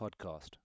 podcast